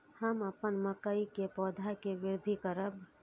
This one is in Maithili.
हम अपन मकई के पौधा के वृद्धि करब?